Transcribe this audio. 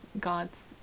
God's